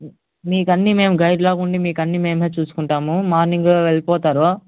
మీకన్నీ మేము గైడ్లాగా ఉండి మీకన్నీ మేమే చేసుకుంటాము మార్నింగు వెళ్ళిపోతారు